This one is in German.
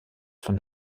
von